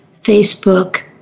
Facebook